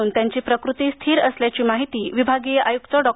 या रुग्णांची प्रकृती स्थिर असल्याची माहिती विभागीय आयुक्त डॉ